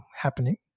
happening